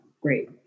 great